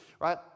right